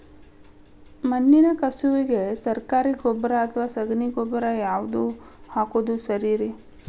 ಮಣ್ಣಿನ ಕಸುವಿಗೆ ಸರಕಾರಿ ಗೊಬ್ಬರ ಅಥವಾ ಸಗಣಿ ಗೊಬ್ಬರ ಯಾವ್ದು ಹಾಕೋದು ಸರೇರಿ?